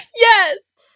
Yes